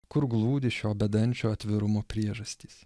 kur glūdi šio bedančio atvirumo priežastys